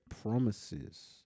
promises